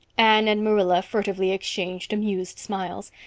anne and marilla furtively exchanged amused smiles.